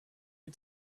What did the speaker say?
you